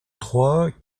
trois